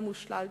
המושלג,